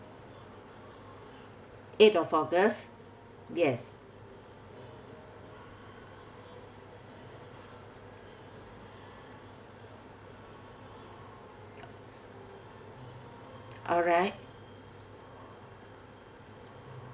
eight of august yes alright